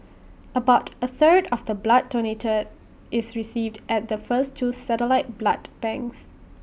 about A third of the blood donated is received at the first two satellite blood banks